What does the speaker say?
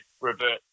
revert